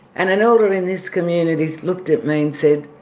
and an elder in this community looked at me and said,